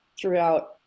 throughout